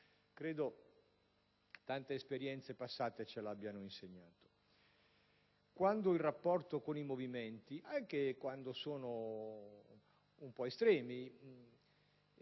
Tante esperienze passate ce lo hanno insegnato: quando il rapporto con i movimenti (anche quando sono un po' estremi)